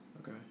Okay